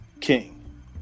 King